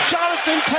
Jonathan